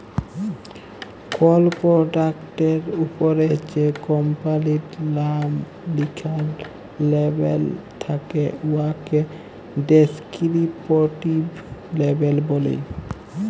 call পরডাক্টের উপরে যে কম্পালির লাম লিখ্যা লেবেল থ্যাকে উয়াকে ডেসকিরিপটিভ লেবেল ব্যলে